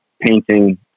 painting